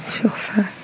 surface